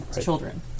children